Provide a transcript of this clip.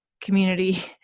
community